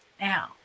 Now